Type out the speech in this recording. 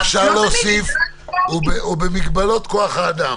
אז לא תמיד --- אז אפשר להוסיף ובמגבלות כוח האדם.